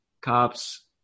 cop's